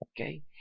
Okay